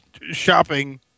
shopping